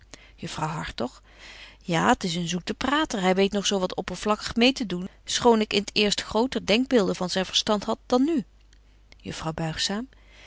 juffrouw hartog ja t is een zoete prater hy weet nog zo wat oppervlakkig meê te doen schoon ik in t eerst groter denkbeelden van zyn verstand had dan nu